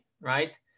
right